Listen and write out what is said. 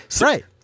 right